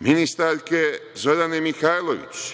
ministarke Zorane Mihajlović,